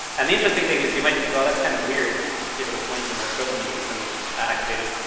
and the interesting thing is you might think, well, that's kind of weird just to give it a point and the dopamine system is activated.